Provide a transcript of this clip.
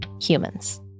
Humans